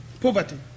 Poverty